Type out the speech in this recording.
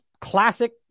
classic